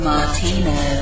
Martino